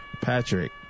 Patrick